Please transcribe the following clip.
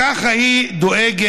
ככה היא דואגת